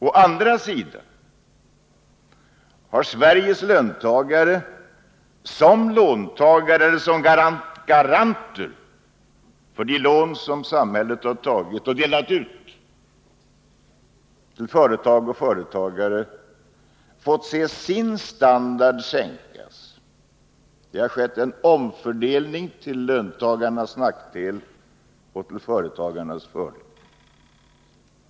Å andra sidan har Sveriges löntagare, som låntagare och som garanter för de lån som samhället har tagit och delat ut till företag och företagare, fått se sin standard sänkas. Det har skett en omfördelning till löntagarnas nackdel och till företagarnas fördel.